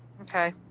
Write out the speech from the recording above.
Okay